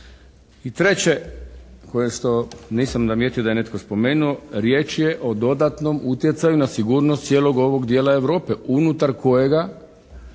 I treće koje što nisam zamijetio da je netko spomenuo. Riječ je o dodatnom utjecaju na sigurnost cijelog ovog dijela Europe unutar kojega